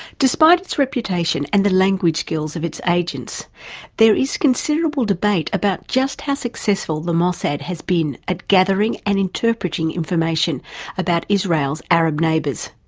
despite its reputation and the language skills of its agents there is considerable debate about just how successful the mossad has been at gathering and interpreting information about israel's arab neighbours.